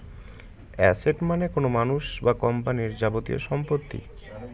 asset মানে কোনো মানুষ বা কোম্পানির যাবতীয় সম্পত্তি